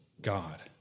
God